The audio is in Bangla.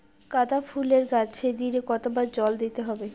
গাদা ফুলের গাছে দিনে কতবার জল দিতে হবে?